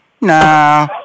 nah